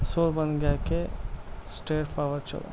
سو بن گیا کہ اسٹیٹ فارورڈ چلو